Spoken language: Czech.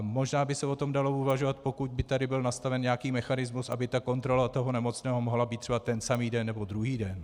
Možná by se o tom dalo uvažovat, pokud by tady byl nastaven nějaký mechanismus, aby kontrola nemocného mohla být třeba ten samý den nebo druhý den.